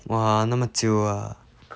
!wah! 那么久 ah